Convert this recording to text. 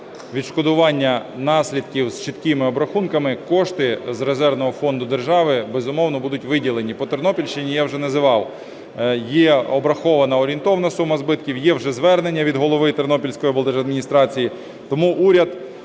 відшкодування наслідків з чіткими обрахунками, кошти з резервного фонду держави, безумовно, будуть виділені. По Тернопільщині я вже називав. Є обрахована орієнтовна сума збитків, і вже звернення від голови Тернопільської облдержадміністрації. Тому уряд